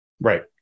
Right